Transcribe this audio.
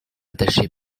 attachée